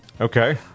Okay